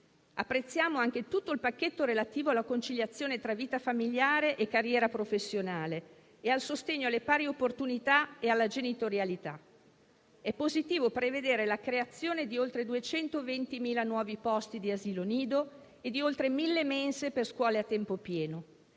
Apprezziamo anche tutto il pacchetto relativo alla conciliazione tra vita familiare e carriera professionale e al sostegno alle pari opportunità e alla genitorialità. È positivo prevedere la creazione di oltre 220.000 nuovi posti di asilo nido e oltre 1.000 mense per scuole a tempo pieno,